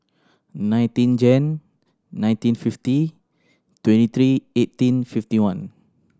nineteen Jan nineteen fifty twenty three eighteen fifty one